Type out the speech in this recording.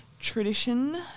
tradition